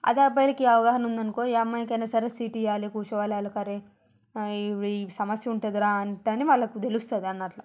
అదే అబ్బాయిలకి అవగాహన ఉందనుకో ఏ అమ్మాయికయినా సరే సీటియ్యాలి కూర్చోవాలి వాళ్ళకు వారే ఇప్పుడు ఈ సమస్య ఉంటదిరా అందుకని వాళ్లకు తెలుస్తుంది అన్నట్ల